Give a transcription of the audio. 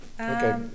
Okay